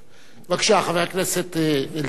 בבקשה, חבר הכנסת אלדד, שלוש דקות.